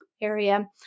area